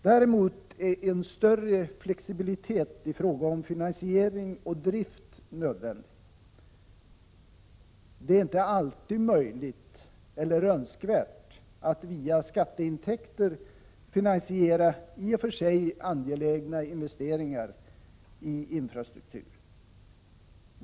Däremot är en större flexibilitet i frågor om finansiering och drift nödvändig. Det är inte alltid möjligt eller önskvärt att via skatteintäkter finansiera i och för sig angelägna investeringar i infrastruktur.